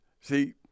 See